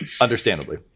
Understandably